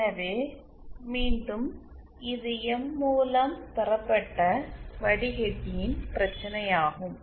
எனவே மீண்டும் இது எம் மூலம் பெறப்பட்ட வடிகட்டியின் பிரச்சனையாகும்